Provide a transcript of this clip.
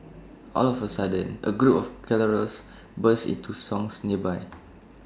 all of A sudden A group of carollers burst into songs nearby